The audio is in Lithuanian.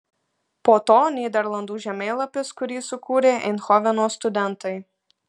po to nyderlandų žemėlapis kurį sukūrė eindhoveno studentai